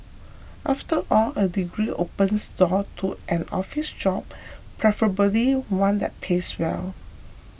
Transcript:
after all a degree opens door to an office job preferably one that pays well